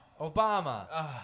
Obama